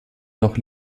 noch